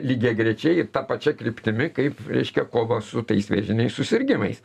lygiagrečiai ir ta pačia kryptimi kaip reiškia kova su tais vėžiniais susirgimais